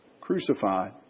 crucified